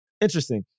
Interesting